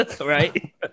right